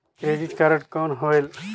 Credit card कौन होएल?